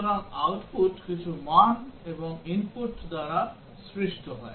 সুতরাং output কিছু মান এবং input দ্বারা সৃষ্ট হয়